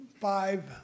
five